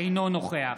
אינו נוכח